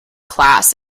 class